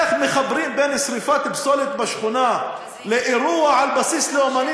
איך מחברים שרפת פסולת בשכונה לאירוע על בסיס לאומני,